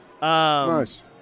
Nice